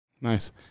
Nice